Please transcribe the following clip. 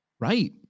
Right